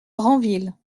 granville